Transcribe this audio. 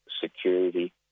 security